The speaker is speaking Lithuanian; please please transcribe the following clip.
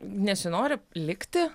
nesinori likti